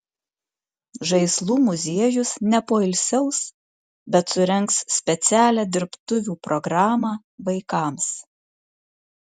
žaislų muziejus nepoilsiaus bet surengs specialią dirbtuvių programą vaikams